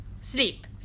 sleep